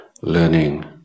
learning